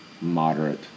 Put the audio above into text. moderate